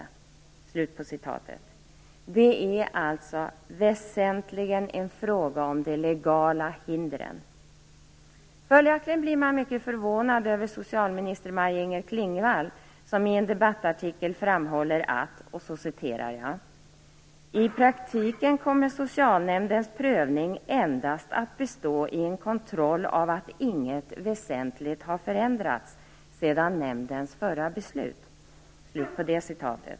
Det är alltså väsentligen en fråga om de legala hindren. Följaktligen blir man mycket förvånad över biträdande socialminister Maj-Inger Klingvall, som i en debattartikel framhåller att: "i praktiken kommer socialnämndens prövning endast att bestå i en kontroll av att inget väsentligt har förändrats sedan nämndens förra beslut".